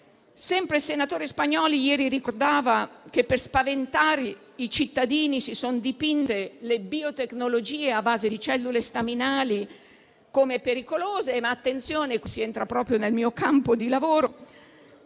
Sempre il senatore Spagnolli ieri ricordava che per spaventare i cittadini si sono dipinte le biotecnologie a base di cellule staminali come pericolose. Attenzione, qui si entra proprio nel mio campo di lavoro: